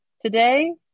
today